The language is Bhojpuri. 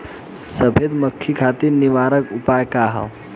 सफेद मक्खी खातिर निवारक उपाय का ह?